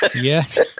Yes